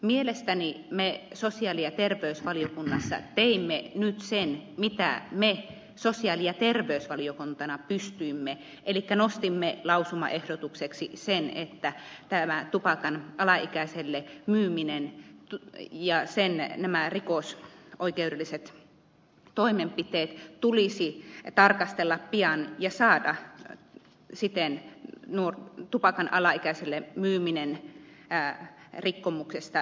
mielestäni me sosiaali ja terveysvaliokunnassa teimme nyt sen mitä me sosiaali ja terveysvaliokuntana pystyimme elikkä nostimme lausumaehdotukseksi sen että tupakan alaikäiselle myyminen ja sen rikosoikeudelliset toimenpiteet tulisi tarkastella pian ja saada siten tupakan alaikäiselle myyminen rikkomuksesta rikokseksi